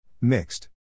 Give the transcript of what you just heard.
Mixed